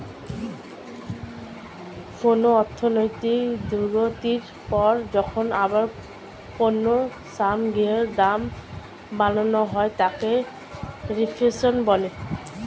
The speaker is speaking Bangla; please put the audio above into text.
কোনো অর্থনৈতিক দুর্গতির পর যখন আবার পণ্য সামগ্রীর দাম বাড়ানো হয় তাকে রিফ্লেশন বলে